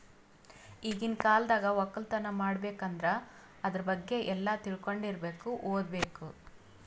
ಈಗಿನ್ ಕಾಲ್ದಾಗ ವಕ್ಕಲತನ್ ಮಾಡ್ಬೇಕ್ ಅಂದ್ರ ಆದ್ರ ಬಗ್ಗೆ ಎಲ್ಲಾ ತಿಳ್ಕೊಂಡಿರಬೇಕು ಓದ್ಬೇಕು